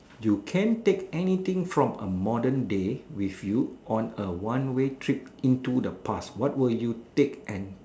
you can take anything from a modern day with you on a one way trip into the past what will you take and